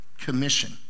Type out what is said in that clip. commission